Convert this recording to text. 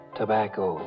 tobacco